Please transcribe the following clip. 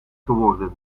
geworden